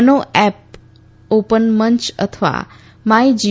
મનો app open મંય અથવા માઇ જી